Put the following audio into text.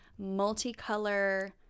multicolor